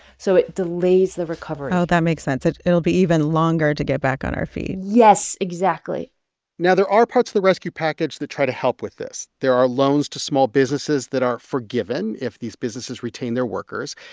so it delays the recovery oh, that makes sense. it'll be even longer to get back on our feet yes, exactly now, there are parts of the rescue package that try to help with this. there are loans to small businesses that are forgiven if these businesses retain their workers.